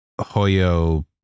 Hoyo